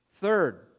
Third